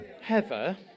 Heather